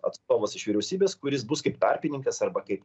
atstovas iš vyriausybės kuris bus kaip tarpininkas arba kaip